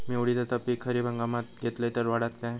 मी उडीदाचा पीक खरीप हंगामात घेतलय तर वाढात काय?